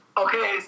Okay